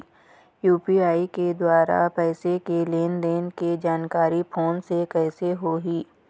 UPI के द्वारा पैसा के लेन देन के जानकारी फोन से कइसे होही?